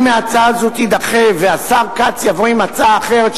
אם ההצעה הזאת תידחה והשר כץ יבוא עם הצעה אחרת,